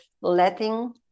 letting